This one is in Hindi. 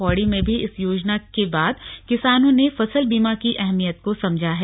पौड़ी में भी इस योजना के बाद किसानों ने फसल बीमा की अहमियत को समझा है